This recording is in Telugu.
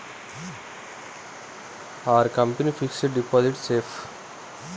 Are company fixed deposit safe?